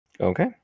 Okay